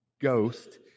Ghost